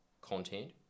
content